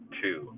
two